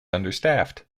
understaffed